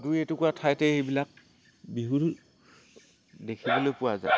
দুই এটুকুৰা ঠাইতে এইবিলাক বিহু দেখিবলৈ পোৱা যায়